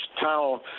town